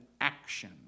action